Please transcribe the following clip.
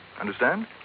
Understand